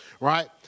right